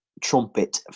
Trumpet